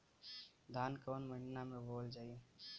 धान कवन महिना में बोवल जाई?